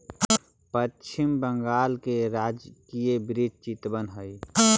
पश्चिम बंगाल का राजकीय वृक्ष चितवन हई